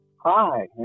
Hi